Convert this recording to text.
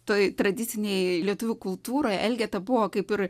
toj tradicinėj lietuvių kultūroj elgeta buvo kaip ir